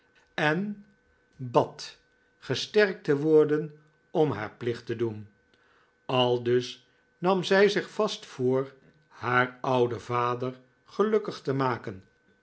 en bad gesterkt te worden om haar plicht te doen aldus nam zij zich vast voor haar ouden vader gelukkig te maken